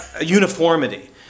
uniformity